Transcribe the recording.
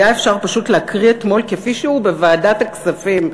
אפשר היה להקריא אתמול כפי שהוא בוועדת הכספים,